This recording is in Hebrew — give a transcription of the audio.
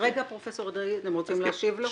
אתם רוצים להשיב לו?